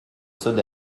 sud